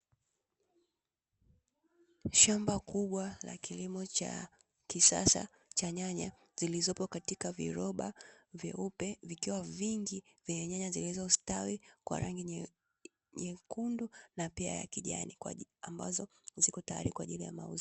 Shamba kubwa la kilimo cha kisasa cha nyanya, zilizopo katika viroba vyeupe vikiwa vingi, vyenye nyanya zilizostawi kwa rangi nyekundu na pia ya kijani, ambazo ziko tayari kwaajili ya mauzo.